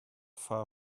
far